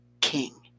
King